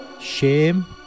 Shame